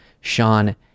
sean